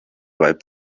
reibt